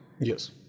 Yes